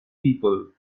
people